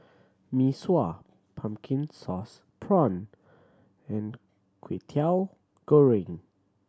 Mee Sua pumpkin sauce prawn and Kwetiau Goreng